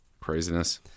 Craziness